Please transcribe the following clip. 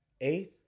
Eighth